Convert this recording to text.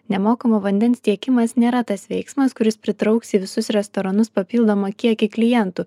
nemokamo vandens tiekimas nėra tas veiksmas kuris pritrauks į visus restoranus papildomą kiekį klientų